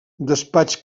despatx